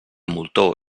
moltó